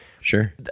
Sure